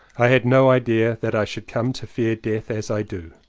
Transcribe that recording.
i had no idea that i should come to fear death as i do.